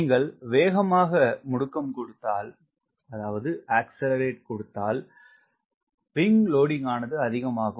நீங்கள் வேகமாக முடுக்கம் கொடுத்தால் WS ஆனது அதிகம் ஆகும்